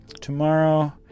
Tomorrow